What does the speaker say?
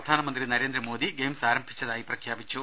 പ്രധാനമന്ത്രി നരേന്ദ്രമോദി ഗെയിംസ് ആരംഭി ച്ചതായി പ്രഖ്യാപിച്ചു